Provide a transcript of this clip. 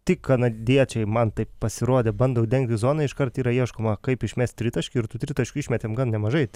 tik kanadiečiai man taip pasirodė bando dengti zoną iškart yra ieškoma kaip išmest tritaškį ir tų tritaškių išmetėm gan nemažai